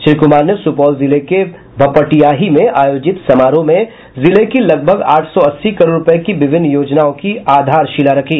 श्री कुमार ने सुपौल जिले के भपटियाही में आयोजित समारोह में जिले की लगभग आठ सौ अस्सी करोड़ रूपये की विभिन्न योजनाओं की आधारशिला रखी